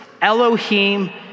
Elohim